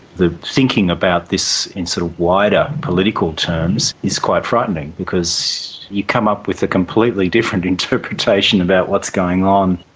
thinking about this in sort of wider political terms is quite frightening, because you come up with a completely different interpretation about what's going on.